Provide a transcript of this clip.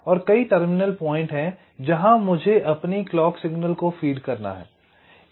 और कई terminal point हैं जहां मुझे अपनी क्लॉक सिग्नल को फीड करना है